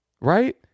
Right